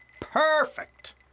Perfect